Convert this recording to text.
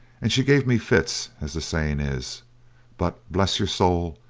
and she gave me fits as the saying is but bless your soul,